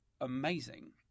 amazing